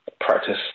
practice